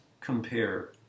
compare